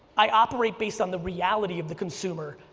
i operate based on the reality of the consumer,